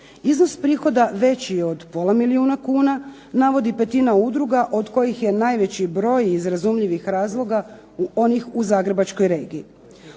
Iznos prihoda veći je od pola milijuna kuna, navodi petina udruga od kojih je najveći broj iz razumljivih razloga onih u Zagrebačkoj regiji.